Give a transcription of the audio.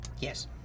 Yes